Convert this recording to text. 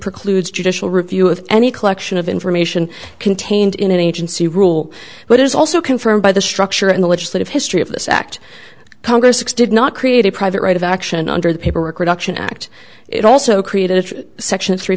precludes judicial review of any collection of information contained in an agency rule but is also confirmed by the structure in the legislative history of this act congress acts did not create a private right of action under the paperwork reduction act it also created section three